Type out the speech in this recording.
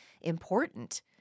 important